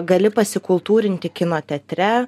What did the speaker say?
gali pasikultūrinti kino teatre